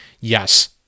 Yes